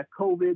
COVID